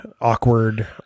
awkward